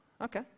Okay